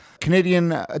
Canadian